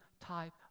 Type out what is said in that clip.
type